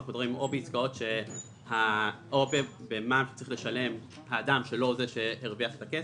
אנחנו מדברים או במע"מ שצריך לשלם האדם שהוא לא זה שהרוויח את הכסף,